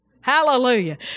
Hallelujah